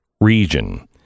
region